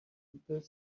people